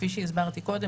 כפי שהסברתי קודם,